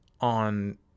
on